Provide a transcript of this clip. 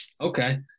Okay